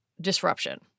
disruption